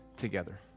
together